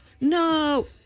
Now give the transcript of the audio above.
no